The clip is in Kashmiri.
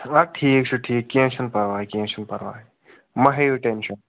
اَدٕ ٹھیٖک چھُ ٹھیٖک چھُ کیٚنٛہہ چھُنہٕ پرٕواے کیٚنٛہہ چھُنہٕ پرٕواے مہٕ ہیٚیِو ٹیٚنٛشَن